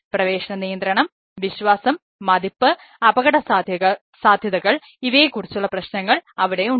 പ്രവേശന നിയന്ത്രണം വിശ്വാസം മതിപ്പ് അപകടസാധ്യതകൾ ഇവയെക്കുറിച്ചുള്ള പ്രശ്നങ്ങൾ അവിടെ ഉണ്ട്